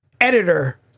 editor